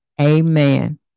Amen